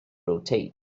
rotate